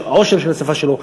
העושר של השפה שלו.